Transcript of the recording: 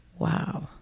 wow